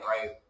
right